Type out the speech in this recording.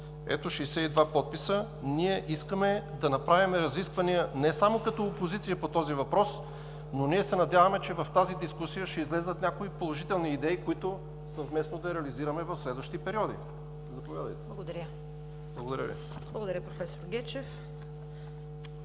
ето 62 подписа. Ние искаме да направим разисквания не само като опозиция по този въпрос, но се надяваме, че в тази дискусия ще излязат някои положителни идеи, които съвместно да реализираме в следващи периоди. Заповядайте. (Народният представител Румен Гечев